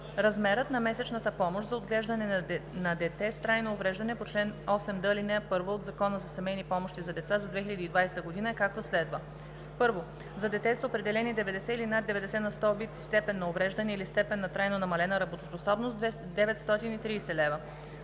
Размерът на месечната помощ за отглеждане на дете с трайно увреждане по чл. 8д, ал. 1 от Закона за семейни помощи за деца за 2020 г. е, както следва: 1. за дете с определени 90 и над 90 на сто вид и степен на увреждане или степен на трайно намалена работоспособност – 930 лв.;